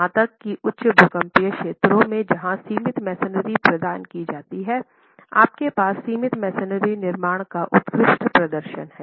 यहां तक कि उच्च भूकंपीय क्षेत्रों में जहां सीमित मैसनरी प्रदान की जाती है आपके पास सीमित मैसनरी निर्माण का उत्कृष्ट प्रदर्शन हैं